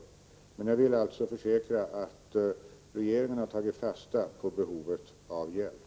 Jag vill emellertid försäkra att regeringen har tagit fasta på behovet av hjälp.